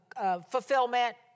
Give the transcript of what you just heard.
fulfillment